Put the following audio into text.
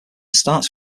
starts